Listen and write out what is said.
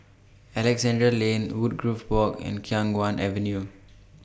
Alexandra Lane Woodgrove Walk and Khiang Guan Avenue